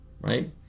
right